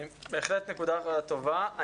בהחלט, נקודה טובה.